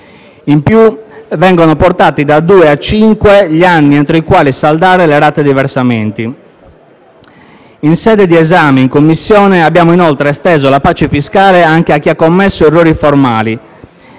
In più, vengono portati da due a cinque gli anni entro i quali saldare le rate dei versamenti. In sede di esame in Commissione abbiamo inoltre esteso la pace fiscale anche a chi ha commesso errori formali.